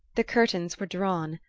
the curtains were drawn,